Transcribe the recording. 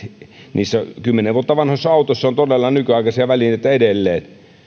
niissä kymmenen vuotta vanhoissa autoissa on todella nykyaikaisia välineitä edelleen